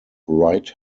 right